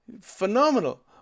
Phenomenal